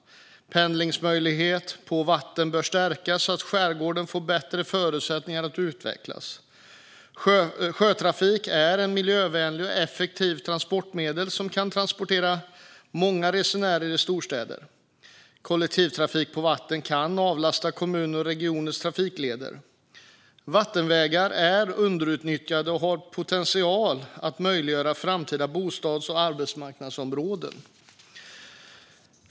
Pendlingsmöjligheterna på vatten bör stärkas så att skärgården får bättre förutsättningar att utvecklas. Sjötrafik är ett miljövänligt och effektivt transportmedel som kan transportera många resenärer i storstäder. Kollektivtrafik på vatten kan avlasta kommuners och regioners trafikleder. Vattenvägarna är underutnyttjade och har potential att möjliggöra framtida bostads och arbetsmarknadsområden.